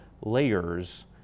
layers